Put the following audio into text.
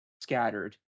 scattered